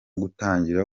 gutangira